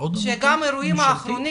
שגם האירועים האחרונים